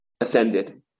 ascended